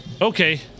Okay